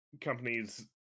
companies